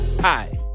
Hi